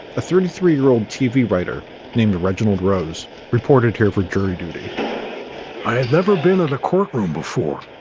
a thirty three year old tv writer named reginald rose reported her for jury duty i have never been in a courtroom before.